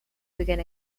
began